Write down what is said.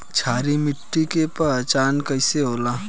क्षारीय मिट्टी के पहचान कईसे होला?